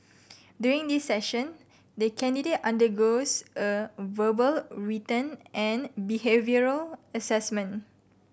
during this session the candidate undergoes a verbal written and behavioural assessment